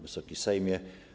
Wysoki Sejmie!